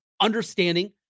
understanding